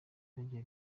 bagiye